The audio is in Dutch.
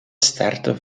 startte